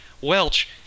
Welch